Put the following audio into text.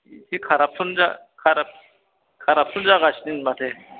एसे कारापसन जा कारप कारापसन जागासिनो नो माथो